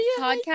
podcast